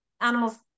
Animals